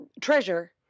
treasure